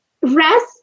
Rest